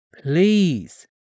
Please